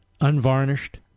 unvarnished